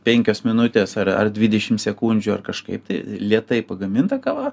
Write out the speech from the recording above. penkios minutės ar ar dvidešim sekundžių ar kažkaip tai lėtai pagaminta kava